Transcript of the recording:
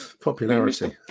Popularity